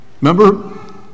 remember